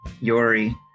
Yori